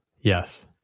Yes